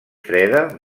freda